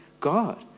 God